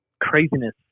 craziness